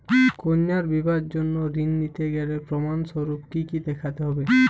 কন্যার বিবাহের জন্য ঋণ নিতে গেলে প্রমাণ স্বরূপ কী কী দেখাতে হবে?